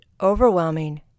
overwhelming